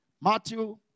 Matthew